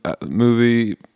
movie